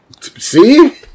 See